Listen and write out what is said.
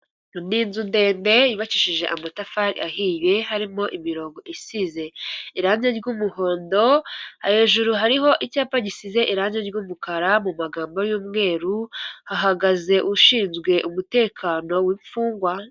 Ni inzu ndende yubakishije amatafari ahiye, harimo imirongo isize irangi ry'umuhondo, hejuru hariho icyapa gisize irangi ry'umukara mu magambo y'umweru, hahagaze ushinzwe umutekano w'imfungwa.